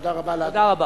תודה רבה לאדוני.